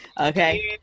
Okay